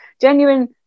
genuine